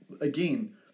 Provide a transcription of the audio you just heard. again